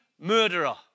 murderer